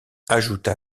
ajouta